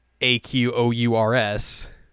A-Q-O-U-R-S